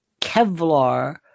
Kevlar